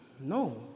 No